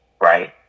right